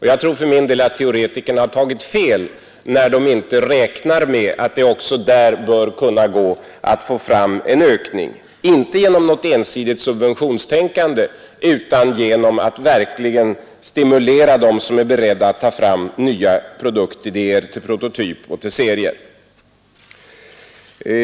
Jag tror för min del att teoretikerna har tagit fel när de inte räknat med att det också där bör kunna gå att få fram en ökning — inte genom något ensidigt subventionstänkande utan genom att verkligen stimulera dem som är beredda att ta fram nya produktidéer till prototyp och till serier.